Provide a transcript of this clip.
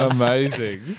Amazing